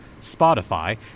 Spotify